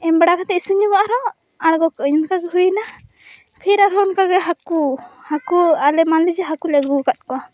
ᱮᱢ ᱵᱟᱲᱟ ᱠᱟᱛᱮᱫ ᱤᱥᱤᱱᱧᱚᱜᱚᱜᱼᱟ ᱟᱨᱦᱚᱸ ᱟᱲᱜᱳᱠᱟᱹᱜᱟᱹᱧ ᱚᱱᱠᱟᱜᱮ ᱦᱩᱭᱮᱱᱟ ᱯᱷᱤᱨ ᱟᱨᱦᱚᱸ ᱚᱱᱠᱟᱜᱮ ᱦᱟᱠᱩ ᱟᱦᱠᱩ ᱟᱞᱮᱢᱟ ᱡᱮ ᱦᱟᱠᱩᱞᱮ ᱟᱹᱜᱩᱣᱟᱠᱟᱫ ᱠᱚᱣᱟ